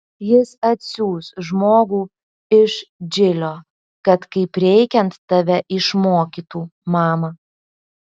jis atsiųs žmogų iš džilio kad kaip reikiant tave išmokytų mama